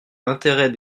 l’intérêt